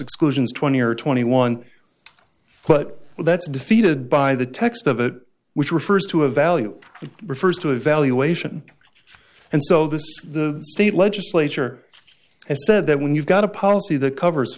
exclusions twenty or twenty one but that's defeated by the text of it which refers to a value that refers to a valuation and so this the state legislature has said that when you've got a policy that covers